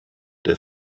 der